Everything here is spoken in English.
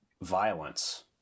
violence